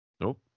Nope